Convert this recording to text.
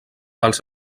als